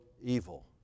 evil